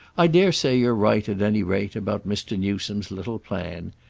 i dare say you're right, at any rate, about mr. newsome's little plan.